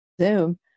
Zoom